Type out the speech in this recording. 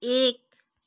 एक